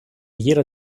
jeder